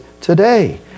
today